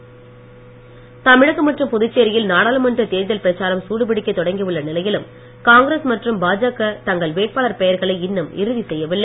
ஸ காங்கிரஸ் தமிழகம் மற்றும் புதுச்சேரியில் நாடாளுமன்ற தேர்தல் பிரச்சாரம் சூடு பிடிக்க தொடங்கியுள்ள நிலையிலும் காங்கிரஸ் மற்றும் பாஜக தங்கள் வேட்பாளர் பெயர்களை இன்னும் இறுதி செய்யவில்லை